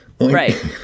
right